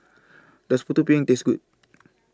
Does Putu Piring Taste Good